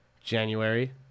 January